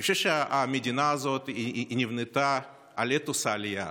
אני חושב שהמדינה הזאת היא נבנתה על אתוס העלייה.